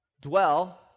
Dwell